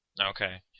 Okay